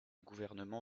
gouvernement